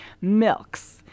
milks